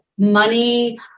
Money